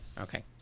okay